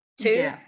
Two